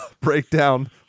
Breakdown